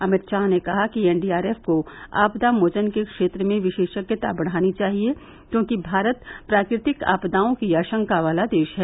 अमित शाह ने कहा कि एनडीआरएफ को आपदा मोचन के क्षेत्र में विशेषज्ञता बढ़ानी चाहिए क्योंकि भारत प्राकृतिक आपदाओं की आशंका वाला देश है